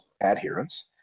adherence